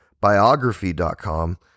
Biography.com